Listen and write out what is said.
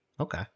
Okay